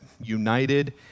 United